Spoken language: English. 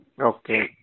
Okay